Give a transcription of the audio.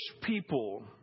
people